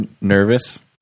nervous